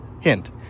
hint